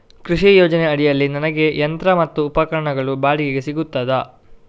ಕೃಷಿ ಯೋಜನೆ ಅಡಿಯಲ್ಲಿ ನನಗೆ ಯಂತ್ರ ಮತ್ತು ಉಪಕರಣಗಳು ಬಾಡಿಗೆಗೆ ಸಿಗುತ್ತದಾ?